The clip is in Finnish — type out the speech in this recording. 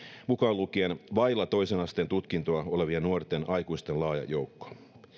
mukaan lukien vailla toisen asteen tutkintoa olevien nuorten aikuisten laaja joukko